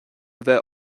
bheith